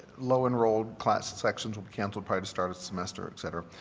low-enrolled classes, sections will be canceled by the start of the semester, et cetera.